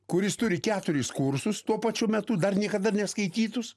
kuris turi keturis kursus tuo pačiu metu dar niekada neskaitytus